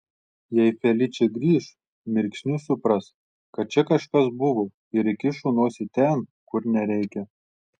jei feličė grįš mirksniu supras kad čia kažkas buvo ir įkišo nosį ten kur nereikia